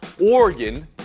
Oregon